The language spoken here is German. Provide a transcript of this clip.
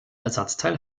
ersatzteil